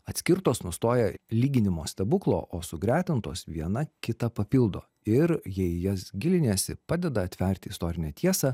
atskirtos nustoja lyginimo stebuklo o sugretintos viena kitą papildo ir jei į jas giliniesi padeda atverti istorinę tiesą